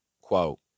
quote